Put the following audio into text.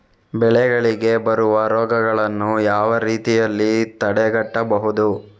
ಬೆಳೆಗಳಿಗೆ ಬರುವ ರೋಗಗಳನ್ನು ಯಾವ ರೀತಿಯಲ್ಲಿ ತಡೆಗಟ್ಟಬಹುದು?